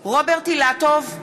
(קוראת בשמות חברי הכנסת) רוברט אילטוב,